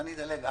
אני אדלג הלאה.